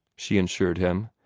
she assured him,